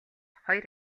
хоёр